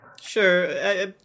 Sure